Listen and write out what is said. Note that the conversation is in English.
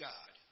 God